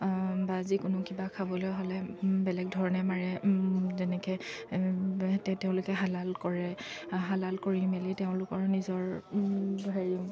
বা যিকোনো কিবা খাবলৈ হ'লে বেলেগ ধৰণে মাৰে যেনেকৈ তেওঁলোকে হালাল কৰে হালল কৰি মেলি তেওঁলোকৰ নিজৰ হেৰি